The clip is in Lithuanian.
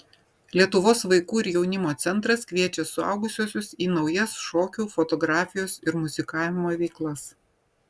lietuvos vaikų ir jaunimo centras kviečia suaugusiuosius į naujas šokių fotografijos ir muzikavimo veiklas